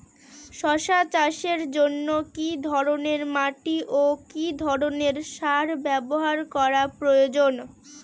শশা চাষের জন্য কি ধরণের মাটি ও কি ধরণের সার ব্যাবহার করা প্রয়োজন?